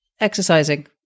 exercising